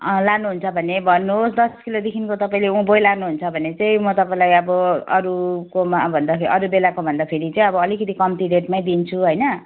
अँ लानुहुन्छ भने भन्नुहोस् दस किलोदेखिको तपाईँले उँभो नै लानुहुन्छ भने चाहिँ म तपाईँलाई अब अरूकोमा भन्दा अरू बेलाको भन्दा फेरि चाहिँ अलिकति कम्ती रेटमै दिन्छु होइन